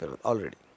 already